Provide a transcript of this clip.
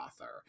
author